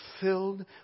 filled